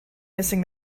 missing